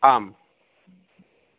आम्